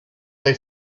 they